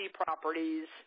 properties